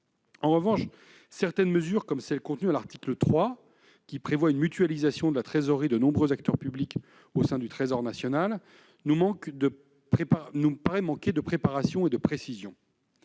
En revanche, certaines mesures, comme celles qui sont contenues à l'article 3 et prévoient une mutualisation de la trésorerie de nombreux acteurs publics au sein du Trésor, nous paraissent manquer de préparation et de précision.